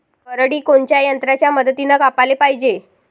करडी कोनच्या यंत्राच्या मदतीनं कापाले पायजे?